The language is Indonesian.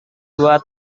dua